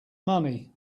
money